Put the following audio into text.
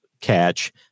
catch